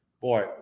boy